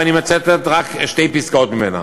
ואני מצטט רק שתי פסקאות ממנה.